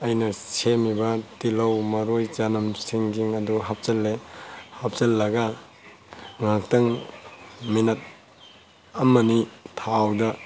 ꯑꯩꯅ ꯁꯦꯝꯃꯤꯕ ꯇꯤꯜꯍꯧ ꯃꯔꯣꯏ ꯆꯅꯝ ꯁꯤꯡꯁꯤꯡ ꯑꯗꯨ ꯍꯥꯞꯆꯤꯟꯂꯦ ꯍꯥꯞꯆꯤꯟꯂꯒ ꯉꯥꯛꯇꯪ ꯃꯤꯅꯠ ꯑꯃ ꯅꯤ ꯊꯥꯎꯗ